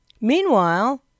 Meanwhile